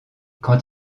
quand